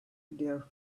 dear